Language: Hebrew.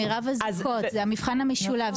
מירב הזיקות; זה המבחן המשולב.